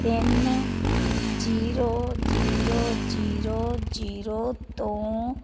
ਤਿੰਨ zero zero zero zero ਤੋਂ